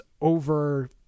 over